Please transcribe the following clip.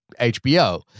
HBO